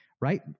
right